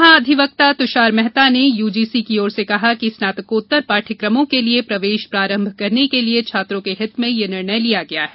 महाधिवक्ता तुषार मेहता ने यूजीसी की ओर से कहा कि स्नातकोत्तर पाठ्यक्रमों के लिए प्रवेश प्रारंभ करने के वास्ते छात्रों के हित में यह निर्णय लिया गया है